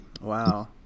wow